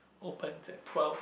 opens at twelve